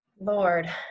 Lord